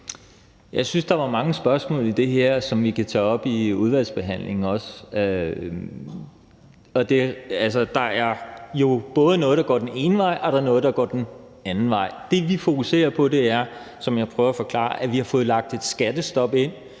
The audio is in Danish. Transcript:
Jeg synes, der var mange spørgsmål i det her, som vi også kan tage op i udvalgsbehandlingen. Der er jo både noget, der går den ene vej, og noget, der går den anden vej. Det, vi fokuserer på, er, som jeg prøver at forklare, at vi har fået lagt et skattestop ind,